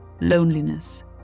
loneliness